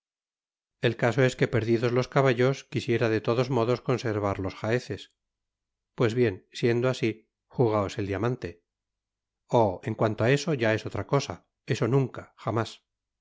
iel caso es que perdidos los caballos quisiera de todos modos conservar los jaeces f pues bien siendo asi jugaos el diamante oh en cuanto á eso ya es otra cosa eso nunca jamás